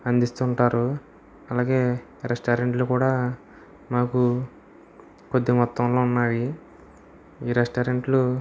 అందిస్తుంటారు అలాగే రెస్టారెంట్లు కూడా మాకు కొద్ది మొత్తంలో ఉన్నాయి ఈ రెస్టారెంట్లు